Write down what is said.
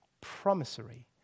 promissory